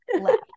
left